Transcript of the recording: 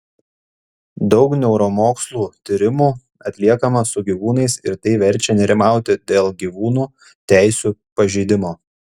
daug neuromokslų tyrimų atliekama su gyvūnais ir tai verčia nerimauti dėl gyvūnų teisių pažeidimo